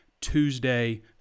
Tuesday